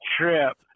trip